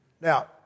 Now